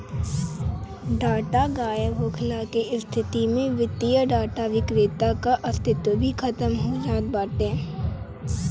data गायब होखला के स्थिति में वित्तीय डाटा विक्रेता कअ अस्तित्व भी खतम हो जात बाटे